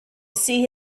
sea